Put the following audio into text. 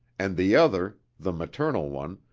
and the other, the maternal one,